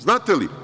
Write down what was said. Znate li?